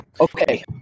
Okay